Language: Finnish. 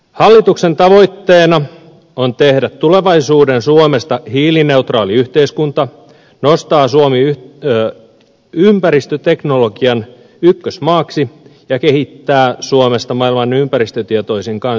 hallituksen tavoitteena on tehdä tulevaisuuden suomesta hiilineutraali yhteiskunta nostaa suomi ympäristöteknologian ykkösmaaksi ja kehittää suomesta maailman ympäristötietoisin kansakunta